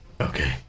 Okay